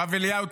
הרב אליהו,